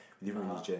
(uh huh)